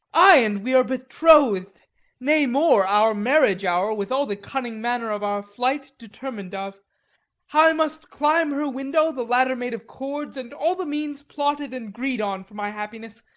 ay, and we are betroth'd nay more, our marriage-hour, with all the cunning manner of our flight, determin'd of how i must climb her window, the ladder made of cords, and all the means plotted and greed on for my happiness.